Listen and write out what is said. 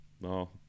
No